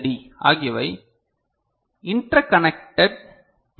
D ஆகியவை interconnected B